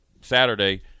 Saturday –